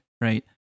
right